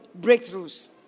breakthroughs